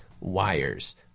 wires